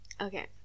Okay